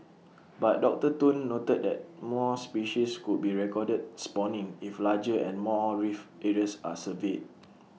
but doctor Tun noted that more species could be recorded spawning if larger and more reef areas are surveyed